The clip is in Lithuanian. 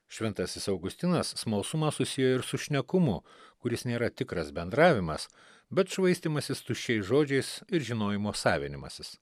šventasis augustinas smalsumą susiejo ir su šnekumu kuris nėra tikras bendravimas bet švaistymasis tuščiais žodžiais ir žinojimo savinimasis